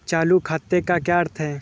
चालू खाते का क्या अर्थ है?